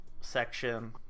section